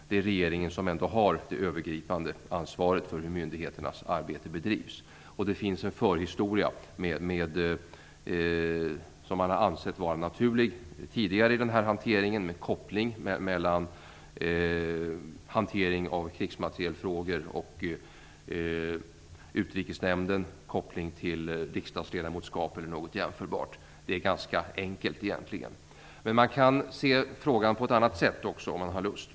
Det är ändå regeringen som har det övergripande ansvaret för hur myndigheternas arbete bedrivs. Det finns en förhistoria med en koppling som man tidigare har ansett vara naturlig mellan hanteringen av krigsmaterielfrågor och Utrikesnämnden samt en koppling till riksdagsledamotsskap eller något jämförbart. Egentligen är det ganska enkelt. Men man kan också se frågan på ett annat sätt, om man har lust.